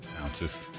ounces